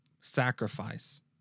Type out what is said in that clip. sacrifice